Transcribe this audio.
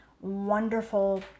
wonderful